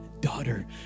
Daughter